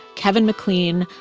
kevin mcclean,